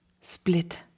split